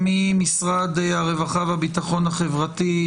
ממשרד הרווחה והביטחון החברתי